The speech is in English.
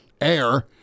air